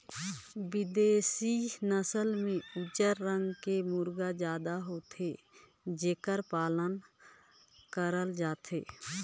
बिदेसी नसल में उजर रंग के मुरगा जादा होथे जेखर पालन करल जाथे